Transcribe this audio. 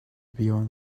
beyond